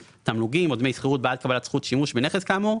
תמלוגים או דמי שכירות בעד קבלת זכות שימוש בנכס כאמור.